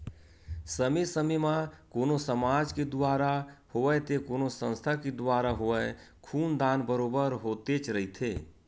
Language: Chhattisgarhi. समे समे म कोनो समाज के दुवारा होवय ते कोनो संस्था के दुवारा होवय खून दान बरोबर होतेच रहिथे